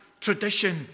tradition